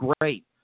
great